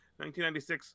1996